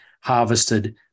harvested